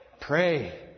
Pray